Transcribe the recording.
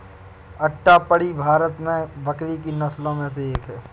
अट्टापडी भारत में बकरी की नस्लों में से एक है